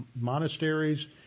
monasteries